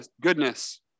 goodness